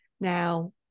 Now